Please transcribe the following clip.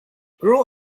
grow